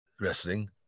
wrestling